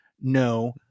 no